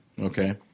Okay